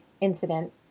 incident